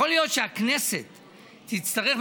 יכול להיות שהכנסת תצטרך,